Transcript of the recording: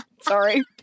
Sorry